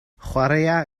chwaraea